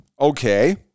okay